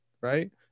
Right